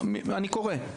אני קורא.